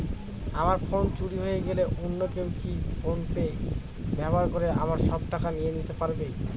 আমার ফোন চুরি হয়ে গেলে অন্য কেউ কি ফোন পে ব্যবহার করে আমার সব টাকা নিয়ে নিতে পারবে?